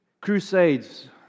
crusades